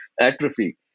atrophy